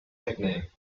nickname